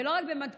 ולא רק במתכונתה,